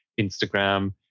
Instagram